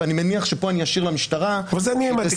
ואני מניח שפה אני אשאיר למשטרה ---.